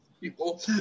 people